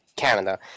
Canada